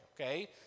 okay